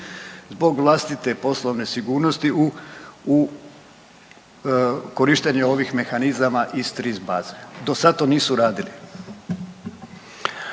zbog vlastite poslovne sigurnosti u, u korištenje ovih mehanizama iz TRIS baze. Do sada to nisu radili.